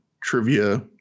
trivia